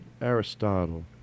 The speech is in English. Aristotle